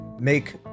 Make